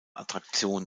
attraktion